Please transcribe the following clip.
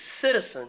citizen